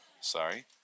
sorry